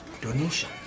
donation